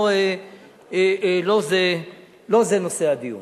לא זה נושא הדיון.